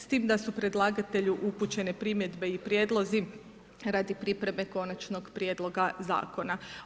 S time da su predlagatelju upućene primjedbe i prijedlozi radi pripreme konačnog prijedloga zakona.